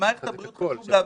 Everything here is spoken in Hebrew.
מערכת הבריאות, חשוב להבין,